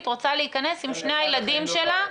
שרוצה להיכנס עם שני הילדים שלה.